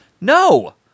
No